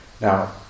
Now